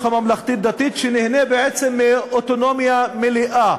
הממלכתית שנהנה בעצם מאוטונומיה מלאה,